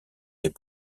des